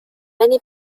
many